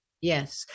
Yes